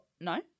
No